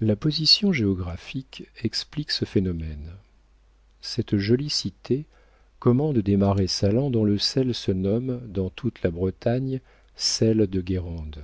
la position géographique explique ce phénomène cette jolie cité commande des marais salants dont le sel se nomme dans toute la bretagne sel de guérande